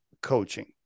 coaching